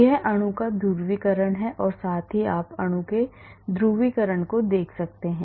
यह अणु का ध्रुवीकरण है और साथ ही आप अणु के ध्रुवीकरण को देख सकते हैं